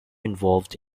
involved